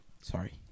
Sorry